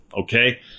Okay